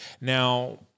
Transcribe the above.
Now